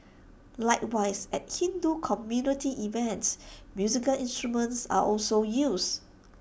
likewise at Hindu community events musical instruments are also used